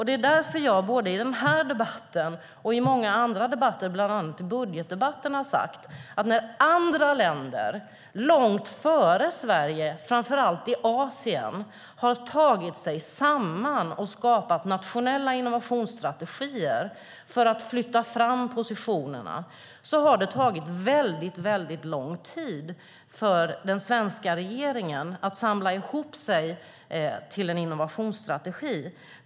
Det är därför jag både i den här debatten och i många andra debatter, bland annat i budgetdebatten, har sagt att när andra länder långt före Sverige, framför allt i Asien, har tagit sig samman och skapat nationella innovationsstrategier för att flytta fram positionerna har det tagit väldigt lång tid för den svenska regeringen att samla ihop sig till en innovationsstrategi.